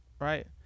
right